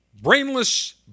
brainless